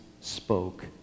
spoke